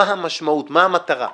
מה המשמעות, מה המטרה,